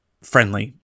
friendly